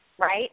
right